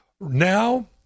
now